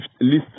list